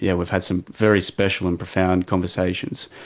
yeah we've had some very special and profound conversations.